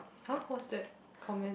!huh! what's that comment